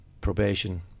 probation